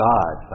God